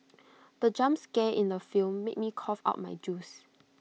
the jump scare in the film made me cough out my juice